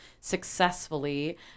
successfully